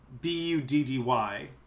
B-U-D-D-Y